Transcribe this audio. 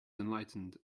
enlightened